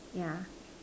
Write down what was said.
yeah